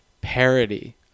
parody